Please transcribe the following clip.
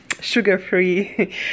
Sugar-free